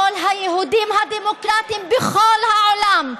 כל היהודים הדמוקרטים בכל העולם,